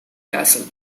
castle